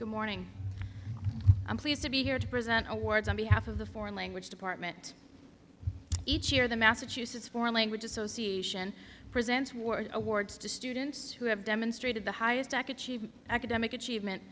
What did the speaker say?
good morning i'm pleased to be here to present awards on behalf of the foreign language department each year the massachusetts foreign language association presents more awards to students who have demonstrated the highest i q academic achievement